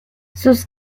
sus